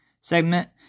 segment